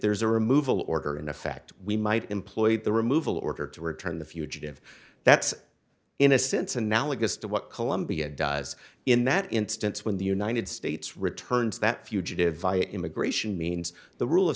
there's a removal order in effect we might employ the removal order to return the fugitive that's in a sense analogous to what colombia does in that instance when the united states returns that fugitive via immigration means the rule